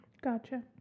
Gotcha